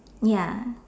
ya